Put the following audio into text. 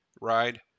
ride